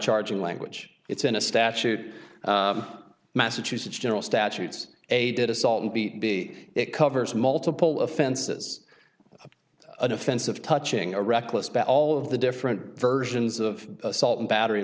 charging language it's in a statute massachusetts general statutes a did assault and beat b it covers multiple offenses an offensive touching a reckless bet all of the different versions of assault and battery